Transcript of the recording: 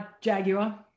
Jaguar